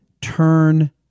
turn